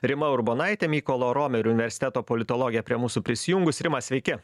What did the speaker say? rima urbonaitė mykolo romerio universiteto politologė prie mūsų prisijungus rimas sveiki